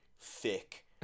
thick